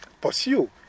pursue